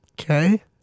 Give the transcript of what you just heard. okay